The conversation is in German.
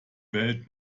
welt